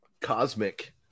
cosmic